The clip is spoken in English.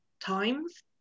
times